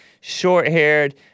short-haired